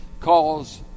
calls